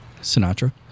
Sinatra